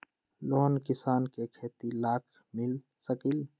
Loan किसान के खेती लाख मिल सकील?